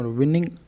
winning